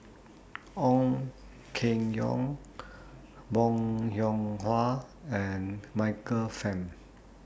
Ong Keng Yong Bong Hiong Hwa and Michael Fam